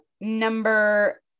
number